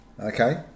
okay